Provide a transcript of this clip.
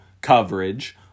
coverage